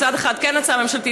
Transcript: מצד אחד כן הצעה ממשלתית,